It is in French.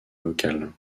locale